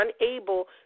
unable